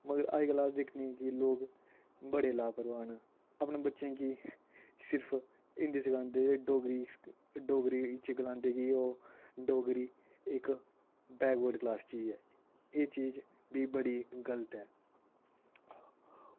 मगर अजकल्ल अस दिक्खने की लोग बड़े लापरवाह न अपने बच्चे गी सिर्फ हिंदी सिखांदे ते डोगरी डोगरी च गलांदे की ओह् डोगरी इक बैकवर्ड क्लास चीज ऐ एह् चीज बी बड़ी गलत ऐ